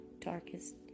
darkest